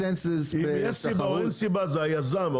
אם יש סיבה או אין סיבה זה היזם.